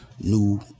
new